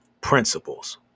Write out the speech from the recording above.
principles